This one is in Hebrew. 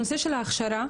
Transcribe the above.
בנושא ההכשרה,